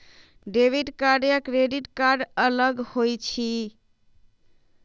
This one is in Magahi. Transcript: डेबिट कार्ड या क्रेडिट कार्ड अलग होईछ ई?